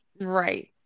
Right